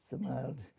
Smiled